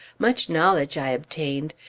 much knowledge i obtained!